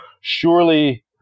surely